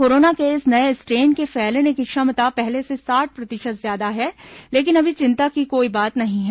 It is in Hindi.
कोरोना के इस नये स्ट्रेन के फैलने की क्षमता पहले से साठ प्रतिशत ज्यादा है लेकिन अभी चिंता की कोई बात नहीं है